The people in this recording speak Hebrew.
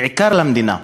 בעיקר למדינה.